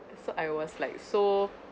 so I was like so